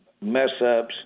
mess-ups